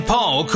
Paul